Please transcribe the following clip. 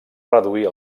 reduir